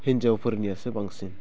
हिन्जावफोरनियासो बांसिन